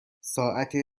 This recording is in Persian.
ساعت